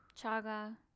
Chaga